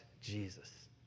Jesus